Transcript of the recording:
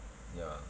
ya